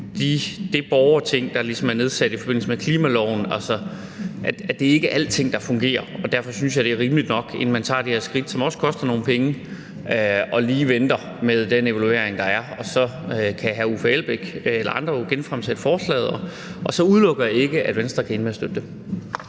det borgerting, der ligesom er nedsat i forbindelse med klimaloven, er det ikke alting, der fungerer. Derfor synes jeg, at det er rimeligt nok, at inden man tager det her skridt, som også koster nogle penge, venter man lige på den evaluering, der kommer. Og så kan hr. Uffe Elbæk eller andre jo genfremsætte forslaget. Og så udelukker jeg ikke, at Venstre kan ende med at støtte det.